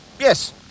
Yes